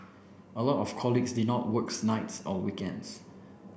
a lot of colleagues did not works nights or weekends